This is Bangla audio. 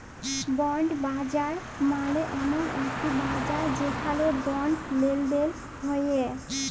বন্ড বাজার মালে এমল একটি বাজার যেখালে বন্ড লেলদেল হ্য়েয়